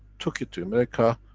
took it to america.